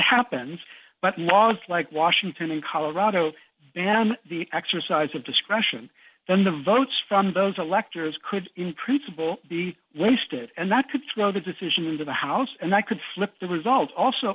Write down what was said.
happens but laws like washington and colorado and the exercise of discretion then the votes from those electors could in principle be wasted and that could throw the decision into the house and i could slip the result also